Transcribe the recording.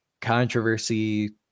controversy